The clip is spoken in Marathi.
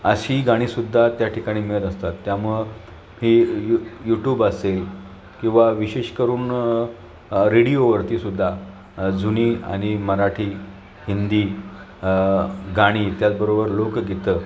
अशी गाणीसुद्धा त्या ठिकाणी मिळत असतात त्यामुळं ही यू यूटूब असेल किंवा विशेष करून रेडिओवरतीसुद्धा जुनी आणि मराठी हिंदी गाणी त्याचबरोबर लोकगीतं